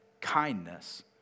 kindness